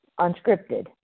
unscripted